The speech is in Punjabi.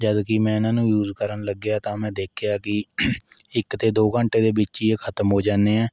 ਜਦਕਿ ਮੈਂ ਇਹਨਾਂ ਨੂੰ ਯੂਜ਼ ਕਰਨ ਲੱਗਿਆ ਤਾਂ ਮੈਂ ਦੇਖਿਆ ਕਿ ਇੱਕ ਤੋਂ ਦੋ ਘੰਟੇ ਦੇ ਵਿੱਚ ਹੀ ਇਹ ਖ਼ਤਮ ਹੋ ਜਾਨੇ ਐਂ